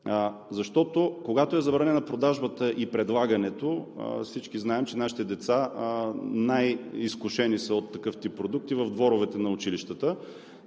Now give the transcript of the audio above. Защото, когато е забранена продажбата и предлагането, всички знаем, че нашите деца са най-изкушени от такъв тип продукти в дворовете на училищата